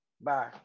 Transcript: Bye